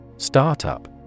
Startup